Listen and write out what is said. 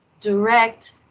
direct